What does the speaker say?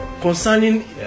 Concerning